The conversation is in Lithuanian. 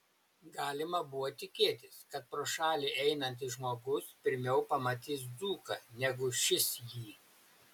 galima buvo tikėtis kad pro šalį einantis žmogus pirmiau pamatys dzūką negu šis jį